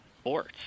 sports